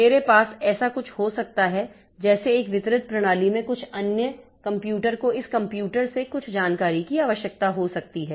मेरे पास ऐसा कुछ हो सकता है जैसे एक वितरित प्रणाली में कुछ अन्य कंप्यूटर को इस कंप्यूटर से कुछ जानकारी की आवश्यकता हो सकती है